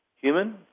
human